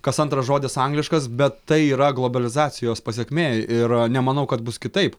kas antras žodis angliškas bet tai yra globalizacijos pasekmė ir nemanau kad bus kitaip